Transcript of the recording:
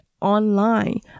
online